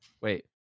Wait